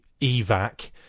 evac